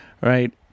right